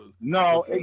No